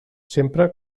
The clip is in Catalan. sempre